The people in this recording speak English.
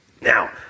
now